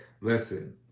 Listen